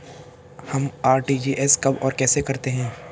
हम आर.टी.जी.एस कब और कैसे करते हैं?